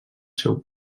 seu